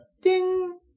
ding